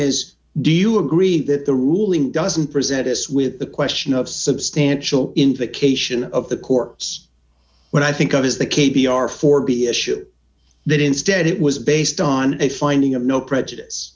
is do you agree that the ruling doesn't present us with the question of substantial invocation of the court's when i think of is the k b r for be issue that instead it was based on a finding of no prejudice